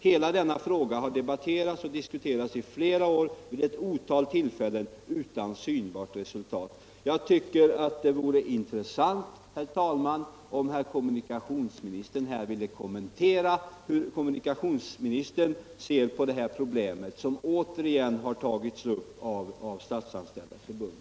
Hela denna fråga har debatterats och diskuterats i flera år vid ett otal tillfällen utan synbart resultat.” Jag tycker, herr talman, att det vore intressant om kommunikationsministern här ville kommentera hur han ser på deta problem, som återigen har tagits upp av Statsanställdas förbund.